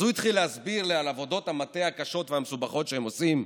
אז הוא התחיל להסביר לי על עבודות המטה הקשות והמסובכות שהם עושים.